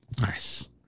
Nice